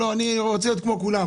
לא אני רוצה להיות כמו כולם,